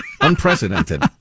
Unprecedented